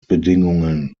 bedingungen